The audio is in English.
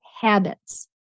habits